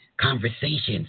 conversations